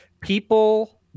people